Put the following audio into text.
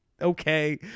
okay